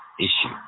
issue